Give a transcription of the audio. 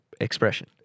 expression